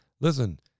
listen